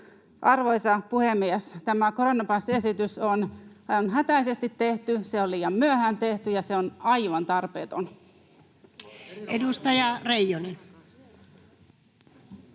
Arvoisa puhemies! Tämä koronapassiesitys on hätäisesti tehty, se on liian myöhään tehty, ja se on aivan tarpeeton. [Speech